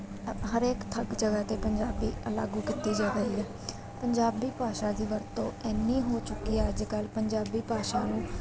ਹਰੇਕ ਥਾਂ ਜਗ੍ਹਾ 'ਤੇ ਪੰਜਾਬੀ ਲਾਗੂ ਕੀਤੀ ਜਾ ਰਹੀ ਹੈ ਪੰਜਾਬੀ ਭਾਸ਼ਾ ਦੀ ਵਰਤੋਂ ਐਨੀ ਹੋ ਚੁੱਕੀ ਹੈ ਅੱਜ ਕੱਲ੍ਹ ਪੰਜਾਬੀ ਭਾਸ਼ਾ ਨੂੰ